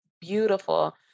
beautiful